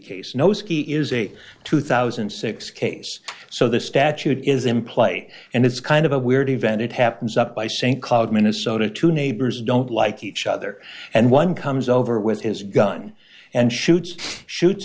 case no ski is a two thousand and six case so the statute is in play and it's kind of a weird event it happens up by st cloud minnesota two neighbors don't like each other and one comes over with his gun and shoots shoots